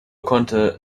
konnten